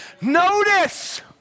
Notice